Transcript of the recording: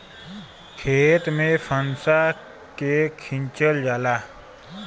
खेत में फंसा के खिंचल जाला